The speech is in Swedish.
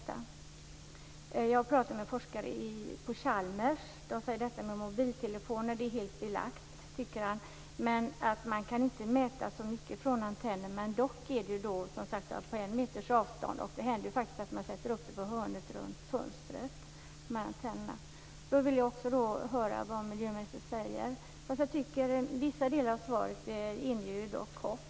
Jag har pratat med en forskare på Chalmers. Han säger att detta med mobiltelefoner är helt belagt men att man inte kan mäta så mycket från antenner. Men det handlar ju som sagt om en meters avstånd. Det händer ju faktiskt att de här antennerna sätts upp utanför fönstret, alldeles runt hörnet. Jag vill höra vad miljöministern säger om detta. Vissa delar av svaret inger dock hopp.